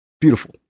beautiful